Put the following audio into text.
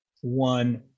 one